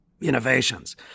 Innovations